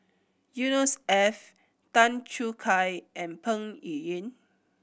Yusnor Ef Tan Choo Kai and Peng Yuyun